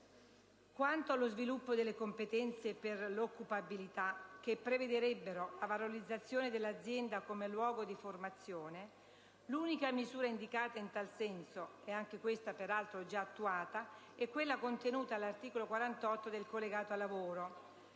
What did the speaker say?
quanto allo «sviluppo delle competenze per l'occupabilità» che prevedrebbero «la valorizzazione dell'azienda come luogo di formazione» l'unica misura in tal senso, anche questa già attuata, è quella contenuta all'articolo 48 del «collegato lavoro»,